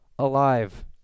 Alive